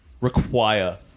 require